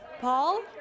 Paul